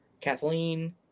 Kathleen